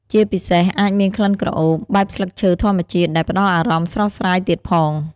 ជាពិសេស អាចមានក្លិនក្រអូប បែបស្លឹកឈើធម្មជាតិ ដែលផ្ដល់អារម្មណ៍ស្រស់ស្រាយទៀតផង។